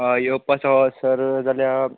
हय योवपाचो सर जाल्यार